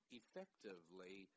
effectively